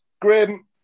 grim